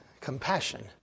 compassion